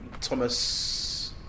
Thomas